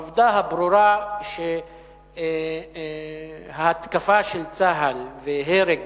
העובדה הברורה שההתקפה של צה"ל והרג